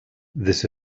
this